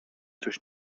coś